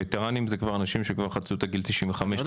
ווטרנים זה כבר אנשים שחצו את גיל 95-96,